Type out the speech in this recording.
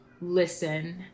listen